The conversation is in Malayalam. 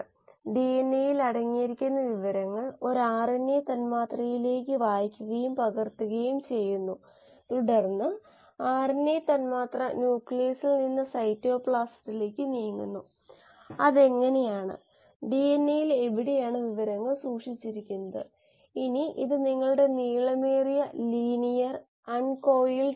പ്രാരംഭപാത അസ്ഥിരമായ അവസ്ഥയിലായിരിക്കാം കൂടാതെ സ്റ്റാർട്ടപ്പും ഷട്ട്ഡൌൺ പാതകളും സ്ഥിരതയില്ലാത്ത അവസ്ഥയിലായിരിക്കാം അതിൽ നമ്മൾക്ക് സാധാരണയായി താൽപ്പര്യമില്ല